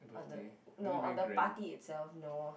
on the no on the party itself no